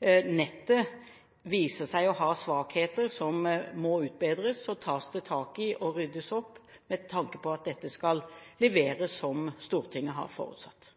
nettet viser seg å ha svakheter som må utbedres, tas det tak i det og ryddes opp med tanke på at dette skal leveres som Stortinget har forutsatt.